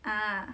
ah